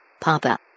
Papa